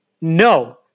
No